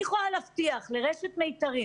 אני יכולה להבטיח לרשת "מיתרים",